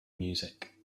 music